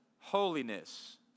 holiness